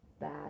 bad